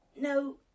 no